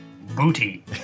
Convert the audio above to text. Booty